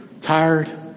tired